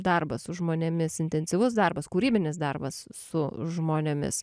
darbas su žmonėmis intensyvus darbas kūrybinis darbas su žmonėmis